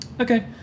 Okay